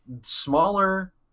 Smaller